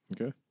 Okay